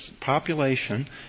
population